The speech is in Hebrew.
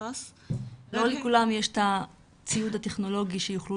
לא לכולם יש את הציוד הטכנולוגי כדי שיוכלו